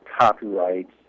copyrights